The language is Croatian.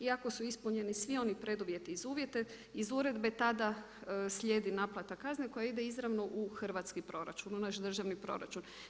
I ako su ispunjeni svi oni preduvjeti iz uredbe tada slijedi naplata kazne koja ide izravno u hrvatski proračun u naš državni proračun.